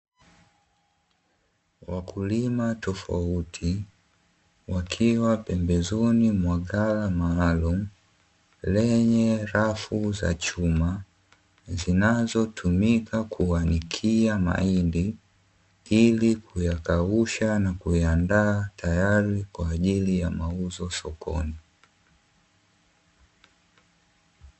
Wakulima tofauti wakiwa pembezoni mwa ghala maalumu , lenye rafu za chuma , zinazotumika kuanikia mahindi, ili kuyakausha na kuyaandaa tayari kwa ajili ya mauzo sokoni.